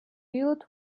filled